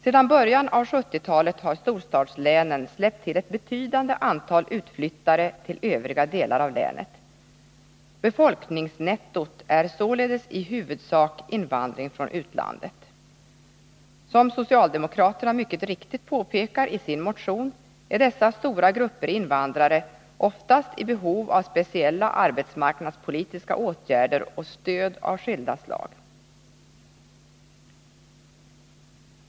Sedan början av 1970-talet har storstadslänen släppt till ett betydande antal utflyttade till övriga delar av landet. Befolkningsökningsnettot är således i huvudsak invandring från utlandet. Som socialdemokraterna mycket riktigt påpekar i sin motion är dessa stora grupper invandrare oftast i behov av speciella arbetsmarknadspolitiska åtgärder och stöd av skilda slag.